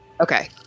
Okay